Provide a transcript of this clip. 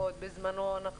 בזמנו אנחנו